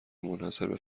منحصربه